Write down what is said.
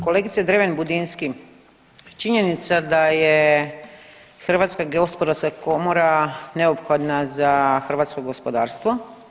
Kolegice Dreven Budinski, činjenica da je Hrvatska gospodarska komora neophodna za hrvatsko gospodarstvo.